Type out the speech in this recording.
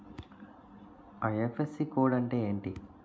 IFSC code అంటే ఏంటి?